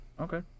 Okay